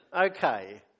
Okay